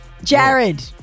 Jared